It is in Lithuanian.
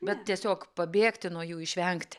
bet tiesiog pabėgti nuo jų išvengti